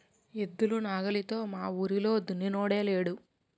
ఎద్దులు నాగలితో మావూరిలో దున్నినోడే లేడు